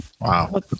Wow